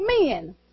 men